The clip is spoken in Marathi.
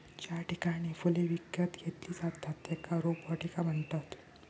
ज्या ठिकाणी फुले विकत घेतली जातत त्येका रोपवाटिका म्हणतत